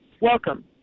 Welcome